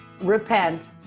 repent